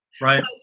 right